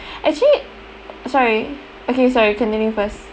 actually sorry okay sorry continue first